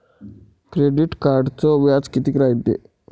Credit कार्डचं व्याज कितीक रायते?